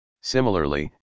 Similarly